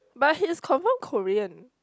but he's confirm Korean